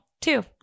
two